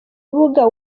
rubuga